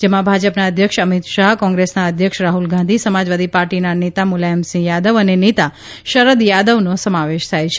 જેમાં ભાજપના અધ્યક્ષ અમિત શાહ કોંગ્રેસના અધ્યક્ષ રાહ્લ ગાંધી સમાજવાદી પાર્ટીના નેતા મુલાયમસિંહ યાદવ અને નેતા શરદ યાદવનો સમાવેશ થાય છે